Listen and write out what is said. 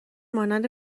مانند